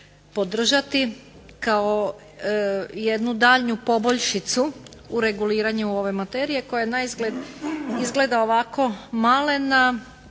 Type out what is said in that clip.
podržati kao jednu daljnju poboljšicu u reguliranju ove materije koja naizgled izgleda ovako malena